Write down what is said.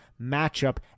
matchup